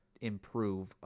improve